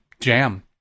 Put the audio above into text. jam